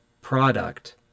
product